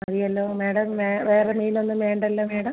മതിയല്ലോ മേഡം വേറെ മീനൊന്നും വേണ്ടല്ലൊ മേഡം